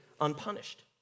unpunished